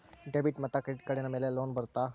Debit ಮತ್ತು credit ಕಾರ್ಡಿನ ಮೇಲೆ ಲೋನ್ ಬರುತ್ತಾ?